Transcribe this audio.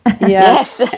Yes